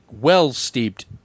well-steeped